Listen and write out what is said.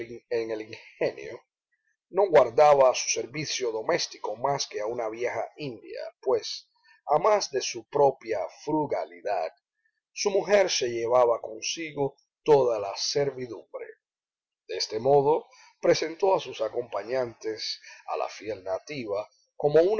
en el ingenio no guardaba a su servicio doméstico más que a una vieja india pues a más de su propia frugalidad su mujer se llevaba consigo toda la servidumbre de este modo presentó sus acompañantes a la fiel nativa como